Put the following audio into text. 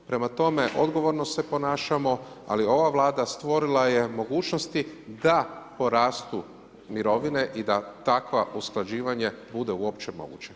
Prema tome, odgovorno se ponašamo ali ova Vlada stvorila je mogućnosti da porastu mirovine i da takvo usklađivanje bude uopće moguće.